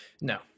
no